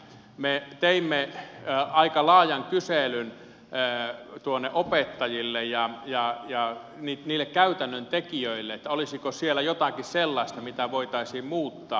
me teimme aika laajan kyselyn tuonne opettajille ja niille käytännön tekijöille olisiko siellä jotakin sellaista mitä voitaisiin muuttaa